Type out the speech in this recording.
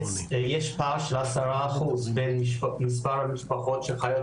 יש פער של 10% בין מספר המשפחות שחיות